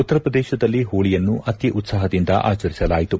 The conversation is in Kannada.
ಉತ್ತರ ಪ್ರದೇಶದಲ್ಲಿ ಹೋಳಿಯನ್ನು ಅತಿ ಉತ್ಸಾಹದಿಂದ ಆಚರಿಸಲಾಯಿತು